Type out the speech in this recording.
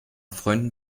freunden